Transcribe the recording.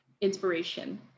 inspiration